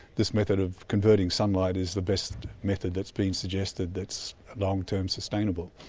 this method of converting sunlight is the best method that's been suggested that's long-term sustainable.